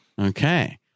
Okay